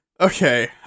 Okay